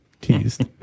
teased